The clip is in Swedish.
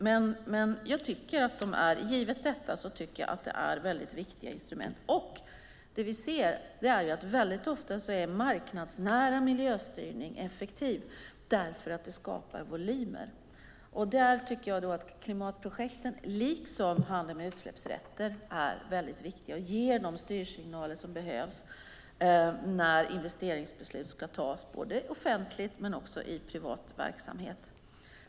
Men givet detta tycker jag att det är väldigt viktiga instrument. Det vi ser är att marknadsnära miljöstyrning väldigt ofta är effektiv därför att den skapar volymer. Där tycker jag att klimatprojekten liksom handeln med utsläppsrätter är väldigt viktiga och ger de styrsignaler som behövs när investeringsbeslut ska tas både offentligt och i privat verksamhet.